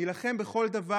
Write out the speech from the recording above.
נילחם בכל דבר.